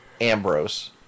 Ambrose